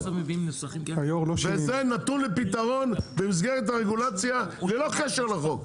זה נתון לפתרון במסגרת הרגולציה, ללא קשר לחוק.